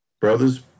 Brothers